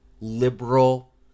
liberal